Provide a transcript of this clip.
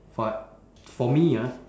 but for me ah